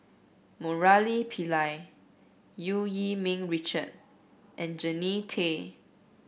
Murali Pillai Eu Yee Ming Richard and Jannie Tay